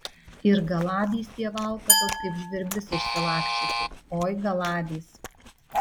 ir galabys tie valkatos kaip žvirblius išsilaksčiusius oi galabys